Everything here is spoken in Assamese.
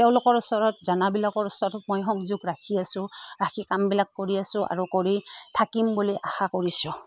তেওঁলোকৰ ওচৰত জনাবিলাকৰ ওচৰত মই সংযোগ ৰাখি আছো ৰাখি কামবিলাক কৰি আছো আৰু কৰি থাকিম বুলি আশা কৰিছোঁ